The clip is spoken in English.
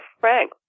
Frank